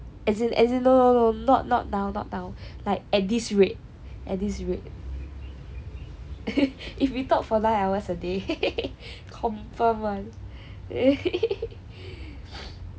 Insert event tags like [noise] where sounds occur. as in as in no no not now as in at this rate at this rate if we talked for nine hours a day [laughs] confirmed [one] eh